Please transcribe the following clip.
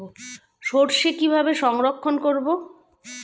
সরষে কিভাবে সংরক্ষণ করব?